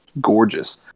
gorgeous